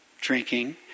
drinking